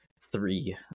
three